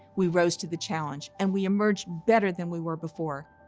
we rose to the challenge, and we emerged better than we were before.